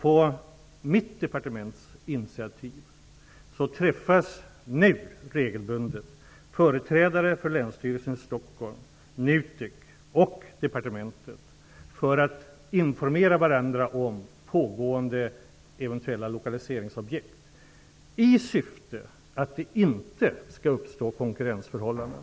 På mitt departements initiativ träffas nu regelbundet företrädare för Länsstyrelsen i Stockholm, NUTEK och departementet för att informera varandra om pågående eventuella lokaliseringsobjekt, i syfte att det inte skall uppstå konkurrensförhållanden.